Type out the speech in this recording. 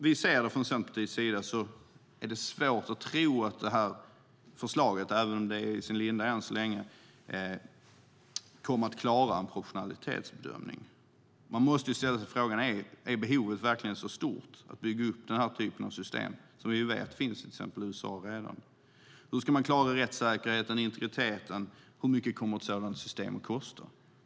Centerpartiet har svårt att tro att detta förslag kommer att klara en proportionalitetsbedömning. Är behovet av att bygga upp ett sådan här system, som redan finns i till exempel USA, verkligen så stort? Hur ska man klara rättssäkerheten och integriteten? Hur mycket kommer ett sådant system att kosta?